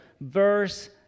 verse